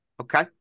Okay